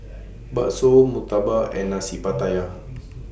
Bakso Murtabak and Nasi Pattaya